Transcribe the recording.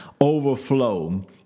overflow